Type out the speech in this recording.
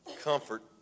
comfort